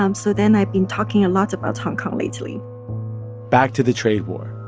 um so then i've been talking a lot about hong kong lately back to the trade war.